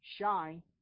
shine